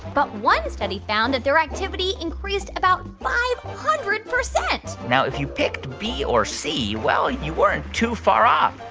but one study found that their activity increased about five hundred point now, if you picked b or c, well, you weren't too far off.